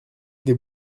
des